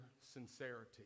sincerity